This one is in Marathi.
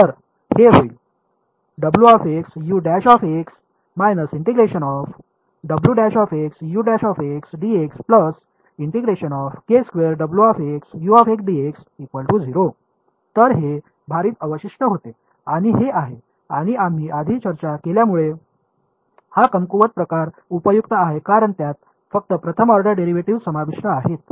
तर हे होईल तर हे भारित अवशिष्ट होते आणि हे आहे आणि आम्ही आधी चर्चा केल्यामुळे हा कमकुवत प्रकार उपयुक्त आहे कारण त्यात फक्त प्रथम ऑर्डर डेरिव्हेटिव्ह्ज समाविष्ट आहेत